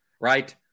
right